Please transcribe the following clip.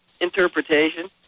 interpretation